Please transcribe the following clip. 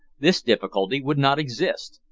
this difficulty would not exist.